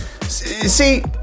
see